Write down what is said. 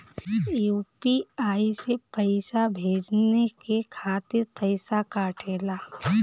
UPI से पइसा भेजने के खातिर पईसा कटेला?